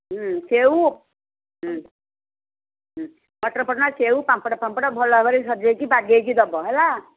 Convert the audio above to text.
ସେଉ ମଟର ଫଟର ସେଉ ପାମ୍ପଡ଼ ଫାମ୍ପଡ଼ ଭଲ ଭାବରେ ସଜାଇକି ବାଗେଇକି ଦେବ ହେଲା